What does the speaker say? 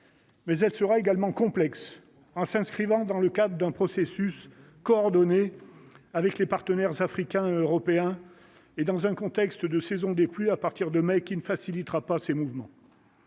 Mais elle sera également complexe en s'inscrivant dans le cadre d'un processus coordonné avec les partenaires africains, européens et dans un contexte de saison des pluies à partir de mai qui ne facilitera pas ces mouvements.